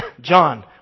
John